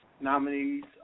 nominees